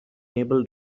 able